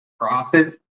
crosses